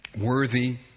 worthy